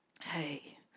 Hey